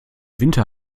winter